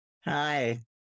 Hi